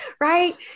right